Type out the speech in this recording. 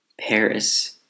Paris